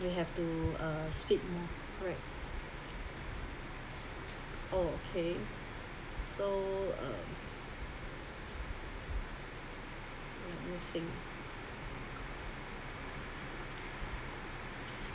we have to uh speak more alright oh okay so um let me think